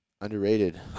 Underrated